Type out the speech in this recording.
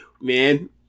man